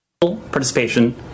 ...participation